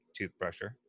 toothbrusher